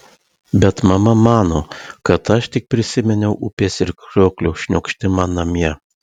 bet mama mano kad aš tik prisiminiau upės ir krioklio šniokštimą namie